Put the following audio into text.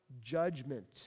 judgment